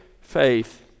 faith